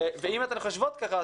אם אתן חושבות ככה,